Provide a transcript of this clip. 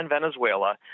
venezuela